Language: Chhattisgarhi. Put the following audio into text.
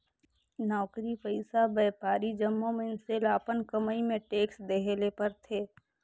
नउकरी पइसा, बयपारी जम्मो मइनसे ल अपन कमई में टेक्स देहे ले परथे